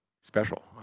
special